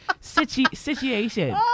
situation